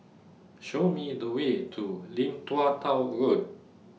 Show Me The Way to Lim Tua Tow Road